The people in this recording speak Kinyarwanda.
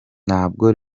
ntabwo